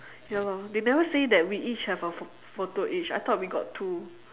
ya lah they never say that we each have a pho~ photo each I thought we got two